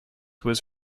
was